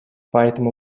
поэтому